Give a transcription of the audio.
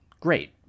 Great